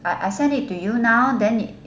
I I send it to you now then